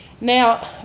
Now